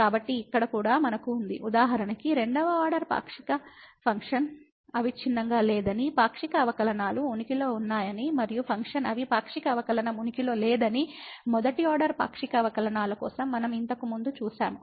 కాబట్టి ఇక్కడ కూడా మనకు ఉంది ఉదాహరణకు రెండవ ఆర్డర్ పాక్షిక ఫంక్షన్ అవిచ్ఛిన్నంగా లేదని పాక్షిక అవకలనాలు ఉనికిలో ఉన్నాయని మరియు ఫంక్షన్ అవి పాక్షిక అవకలనం ఉనికిలో లేదని మొదటి ఆర్డర్ పాక్షిక అవకలనాలు కోసం మనం ఇంతకు ముందు చూశాము